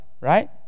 right